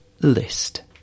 List